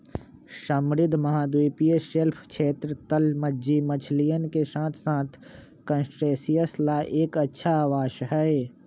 समृद्ध महाद्वीपीय शेल्फ क्षेत्र, तलमज्जी मछलियन के साथसाथ क्रस्टेशियंस ला एक अच्छा आवास हई